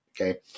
Okay